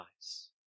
eyes